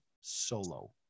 Solo